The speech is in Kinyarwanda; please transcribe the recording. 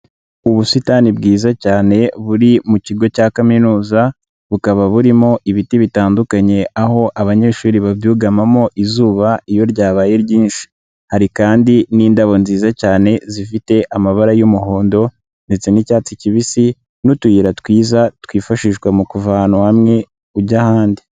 Ubusitani bwiza cyane buri mu kigo cya kaminuza bukaba burimo ibiti bitandukanye aho abanyeshuri babyugamamo izuba iyo ryabaye ryinshi, hari kandi n'indabo nziza cyane zifite amabara y'umuhondo ndetse n'icyatsi kibisi n'utuyira twiza twifashishwa mu kuva ahantu hamwe ujya ahandi.